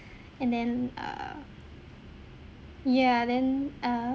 and then err ya then err